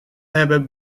hebben